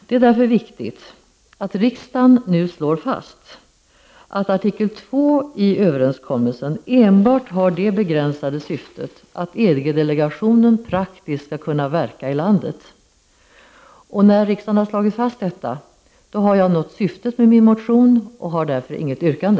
Det är därför viktigt att riksdagen nu slår fast att artikel 2 i överenskommelsen enbart har det begränsade syftet att EG-delegationen praktiskt skall kunna verka i landet. När riksdagen har slagit fast detta har jag nått syftet med min motion och har därför inget yrkande.